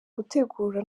gutegura